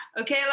Okay